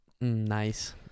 nice